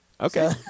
Okay